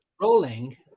rolling